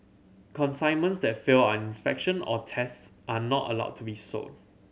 consignments that fail and inspection or tests are not allowed to be sold